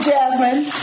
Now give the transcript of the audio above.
Jasmine